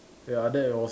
ya that was